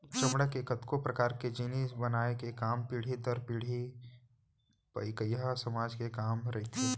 चमड़ा ले कतको परकार के जिनिस बनाए के काम पीढ़ी दर पीढ़ी पईकहा समाज के काम रहिथे